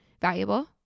valuable